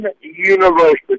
University